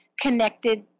connected